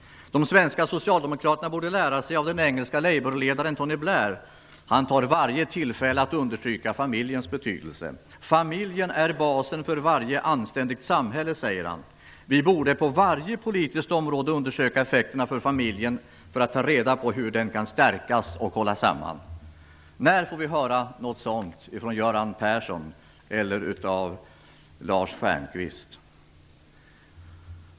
De svenska socialdemokraterna borde lära sig av den engelske labourledaren Tony Blair. Han tar varje tillfälle att understryka familjens betydelse. Han säger: Familjen är basen för varje anständigt samhälle. Vi borde på varje politiskt område undersöka effekterna för familjen, för att ta reda på hur den kan stärkas och hållas samman. När får vi höra något sådant från Göran Persson eller från Lars Stjernkvist?